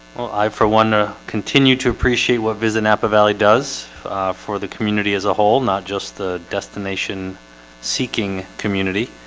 well, i for one continue to appreciate what visit napa valley does for the community as a whole not just the destination seeking community